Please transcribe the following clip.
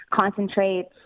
concentrates